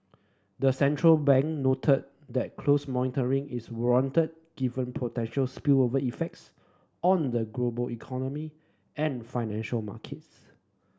the central bank noted that close monitoring is warranted given potential spillover effects on the global economy and financial markets